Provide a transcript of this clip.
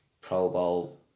pro-bowl